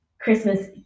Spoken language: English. Christmas